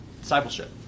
Discipleship